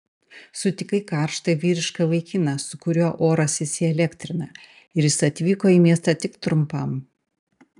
sutikai karštą vyrišką vaikiną su kuriuo oras įsielektrina ir jis atvyko į miestą tik trumpam